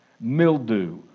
mildew